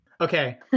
Okay